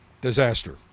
disaster